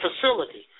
facility